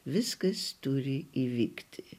viskas turi įvykti